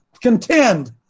contend